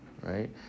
right